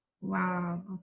Wow